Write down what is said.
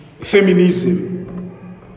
feminism